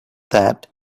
that